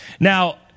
Now